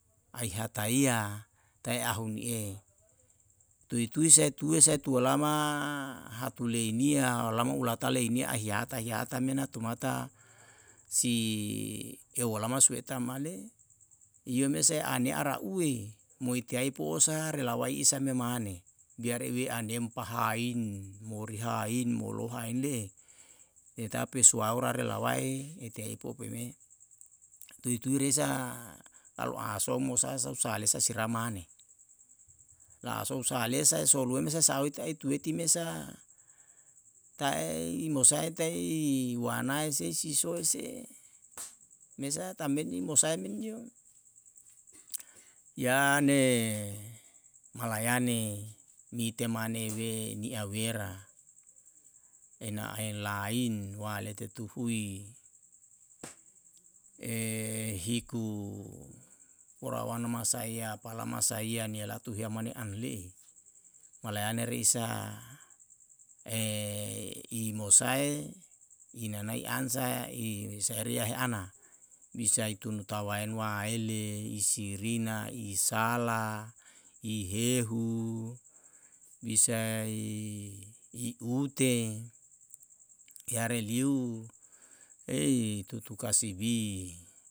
Ai hata iya taihaunie tuituisa tuisa sia lama hatu lei nia aulama aulatale haihata mena tomata sioilama soeta male yo me sa are ara oue moetataepoesa relawaisa maane bearelepa haain, moreain. mohainle petape sorawora lawae itaita poume tutuiresa kaluason muason saresa siramane laaso saoresa soulome sousa souutuitumeta mosaetai wana sei si soese mesa tambendin musae yane malayane niti mane meawera malayane ena en lain walete tu hui hiku orawana masaiya pala masaiya mialatu yamane amle malayane resa imusae inanae ansa seiria ana bisa ituntawainale tawanwainale isirina, isala hihelu, isa ihihute yareliu tutukasibi.